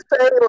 say